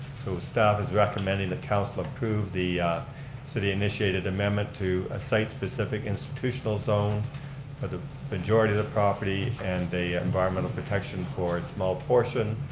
so, staff is recommending the council approve the city-initiated amendment to a site-specific institutional zone for the majority of the property and the environmental protection for a small portion,